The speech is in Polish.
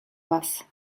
was